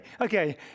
Okay